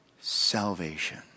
salvation